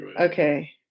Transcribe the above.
Okay